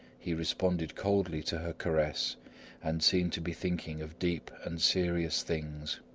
he responded coldly to her caress and seemed to be thinking of deep and serious things.